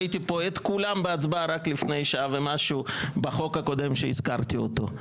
ראיתי את כולם בהצבעה רק לפני שעה ומשהו בחוק הקודם שהזכרתי אותו.